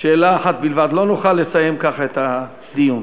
לא נוכל לסיים כך את הדיון.